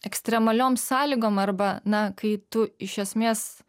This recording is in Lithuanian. ekstremaliom sąlygom arba na kai tu iš esmės